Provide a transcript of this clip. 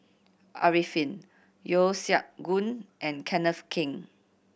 Arifin Yeo Siak Goon and Kenneth Keng